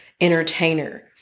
entertainer